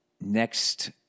next